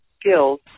skills